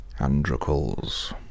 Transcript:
Androcles